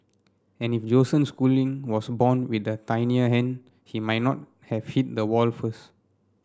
and if Joseph Schooling was born with a tinier hand he might not have hit the wall first